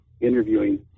interviewing